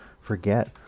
forget